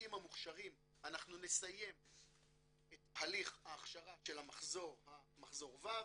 הרופאים המוכשרים אנחנו נסיים את הליך ההכשרה של מחזור ו'